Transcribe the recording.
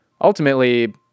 ultimately